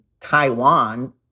Taiwan